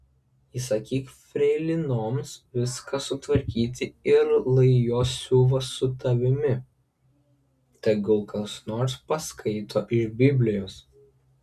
įsakyk freilinoms viską sutvarkyti ir lai jos siuva su tavimi tegul kas nors paskaito iš biblijos